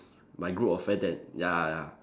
my group of friend that ya ya